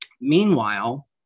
meanwhile